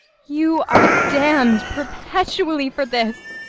you are damn'd perpetually for this!